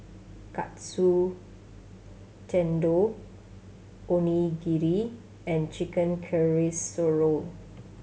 Katsu Tendon Onigiri and Chicken Casserole